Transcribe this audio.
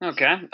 Okay